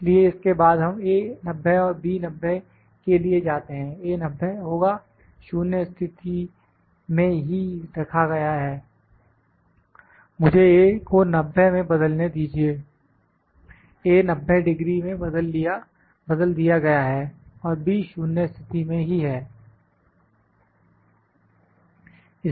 इसलिए इसके बाद हम A 90 और B 0 के लिए जाते हैं A 90 होगा 0 स्थिति में ही रखा गया है मुझे A को 90 मैं बदलने दीजिए A 90 डिग्री में बदल दिया गया है और B 0 स्थिति में ही है